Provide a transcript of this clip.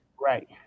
Right